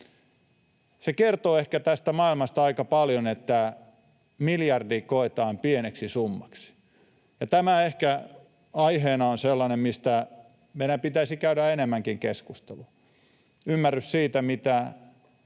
Se kertoo ehkä tästä maailmasta aika paljon, että miljardi koetaan pieneksi summaksi, ja tämä ehkä aiheena on sellainen, mistä meidän pitäisi käydä enemmänkin keskustelua — ymmärrys siitä, mitä